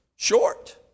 Short